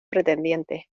pretendientes